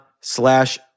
slash